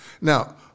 Now